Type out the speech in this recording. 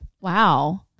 Wow